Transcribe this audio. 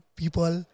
people